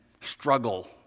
struggle